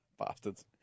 Bastards